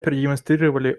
продемонстрировали